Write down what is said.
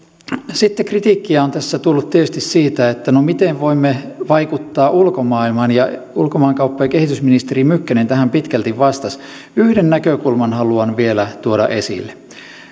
sitten kritiikkiä on tässä tullut tietysti siitä miten voimme vaikuttaa ulkomaailmaan ja ulkomaankauppa ja kehitysministeri mykkänen tähän pitkälti vastasi yhden näkökulman haluan vielä tuoda esille